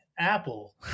Apple